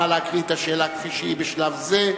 נא לקרוא את השאלה כפי שהיא בשלב זה,